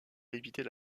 éviter